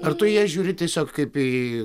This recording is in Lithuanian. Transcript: ar tu į ją žiūri tiesiog kaip į